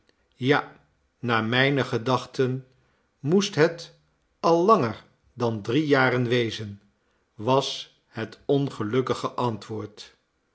ja naar mijne gedachten moest het al langer dan drie jaren wezen was het ongelukkige antwoord